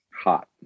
hot